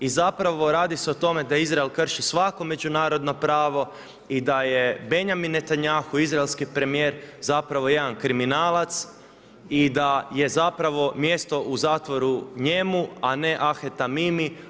I zapravo radi se o tome da Izrael krši svako međunarodno pravo i da je Benjamin Netanjahu izraelski premijer zapravo jedan kriminalac i da je zapravo mjesto u zatvoru njemu a ne Ahed Tamimi.